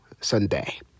Sunday